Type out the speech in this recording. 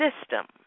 system